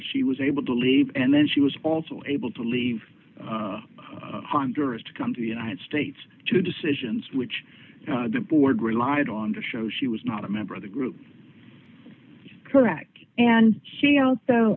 she was able to leave and then she was also able to leave honduras to come to the united states to decisions which the board relied on to show she was not a member of the group correct and she